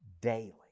daily